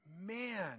Man